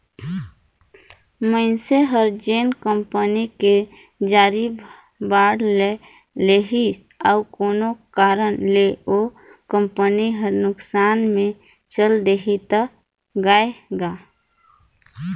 मइनसे हर जेन कंपनी के जारी बांड ल लेहिसे अउ कोनो कारन ले ओ कंपनी हर नुकसान मे चल देहि त गय गा